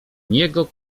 niego